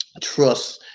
trust